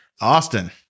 Austin